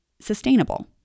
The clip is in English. sustainable